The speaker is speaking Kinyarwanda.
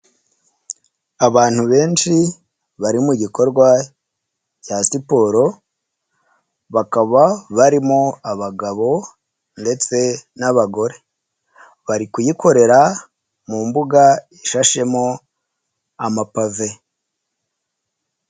Abantu benshi bari mu gikorwa cya siporo, bakaba barimo abagabo ndetse n' abagore. Bari kuyikorera mu mbuga ishashemo amapave.